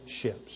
ships